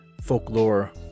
folklore